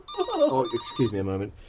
oh, excuse me a moment.